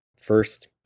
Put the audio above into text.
first